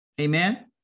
amen